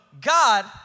God